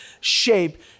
shape